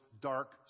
dark